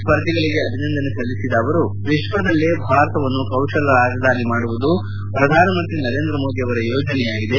ಸ್ಪರ್ಧಿಗಳಿಗೆ ಅಭಿನಂದನೆ ಸಲ್ಲಿಸಿದ ಅವರು ವಿಶ್ವದಲ್ಲೇ ಭಾರತವನ್ನು ಕೌಶಲ ರಾಜಧಾನಿ ಮಾಡುವುದು ಪ್ರಧಾನಮಂತ್ರಿ ನರೇಂದ್ರ ಮೋದಿ ಅವರ ಯೋಜನೆಯಾಗಿದೆ